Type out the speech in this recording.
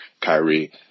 Kyrie